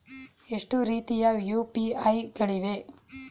ಎಷ್ಟು ರೀತಿಯ ಯು.ಪಿ.ಐ ಗಳಿವೆ?